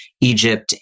Egypt